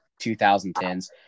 2010s